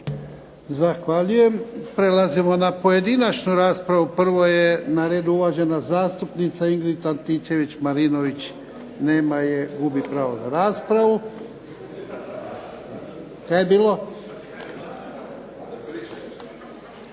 Zahvaljujem. Prelazimo na pojedinačnu raspravu. Prvo je na redu uvažena zastupnica Ingrid Antičević-Marinović. Nema je, gubi pravo na raspravu. … /Upadica